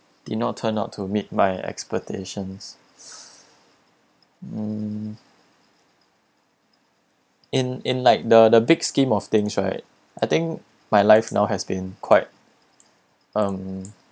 did not turn out to meet my expectations hmm in in like the the big scheme of things right I think my life now has been quite um